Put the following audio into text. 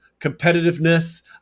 competitiveness